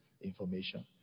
information